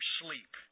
sleep